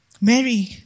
Mary